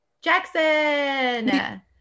Jackson